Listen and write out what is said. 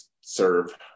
serve